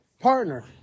partner